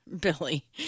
Billy